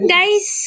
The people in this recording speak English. Guys